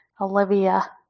Olivia